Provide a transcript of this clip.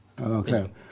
okay